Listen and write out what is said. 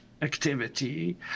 activity